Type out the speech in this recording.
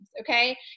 okay